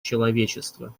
человечества